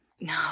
No